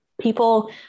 People